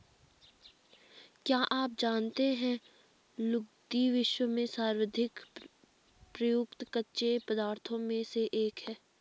क्या आप जानते है लुगदी, विश्व में सर्वाधिक प्रयुक्त कच्चे पदार्थों में से एक है?